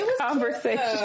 conversation